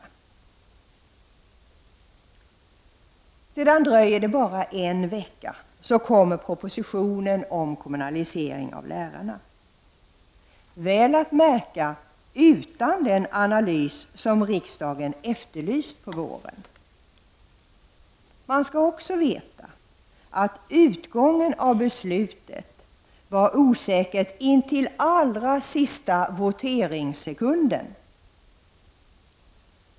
Sedan dröjer det bara en vecka, så kommer propositionen om kommunalisering av lärarna — väl att märka utan den analys som riksdagen efterlyst på våren. Man skall också veta att utgången av beslutet var osäker intill allra sista voteringssekunden.